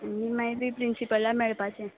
मागीर तूंय प्रिंसिपला मेळपाचें